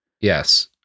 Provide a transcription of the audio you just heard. Yes